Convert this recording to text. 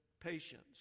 patience